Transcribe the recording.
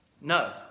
No